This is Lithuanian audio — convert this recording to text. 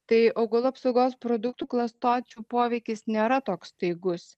tai augalų apsaugos produktų klastočių poveikis nėra toks staigus